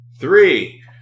three